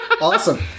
Awesome